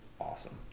awesome